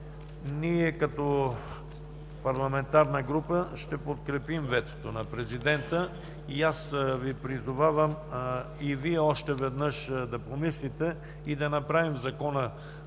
Ние, като парламентарна група, ще подкрепим ветото на президента и аз Ви призовавам още веднъж да помислите и да направим Закона